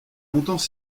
longtemps